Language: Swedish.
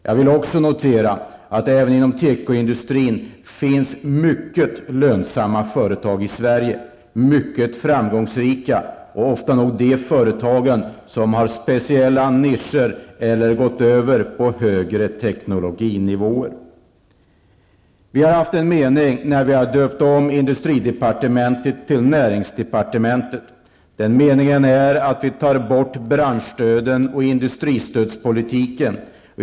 Jag vill också notera att det även inom tekoindustrin finns mycket lönsamma och framgångsrika företag i Sverige. Det är ofta de företag som har speciella nischer eller som har gått över till högre teknologinivåer som har varit framgångsrika. Det fanns en mening med att döpa om industridepartementet till näringsdepartementet. Meningen är att vi skall ta bort branschstöds och industristödspolitiken.